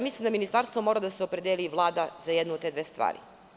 Mislim da ministarstvo mora da se opredeli i Vlada za jednu od te dve stvari.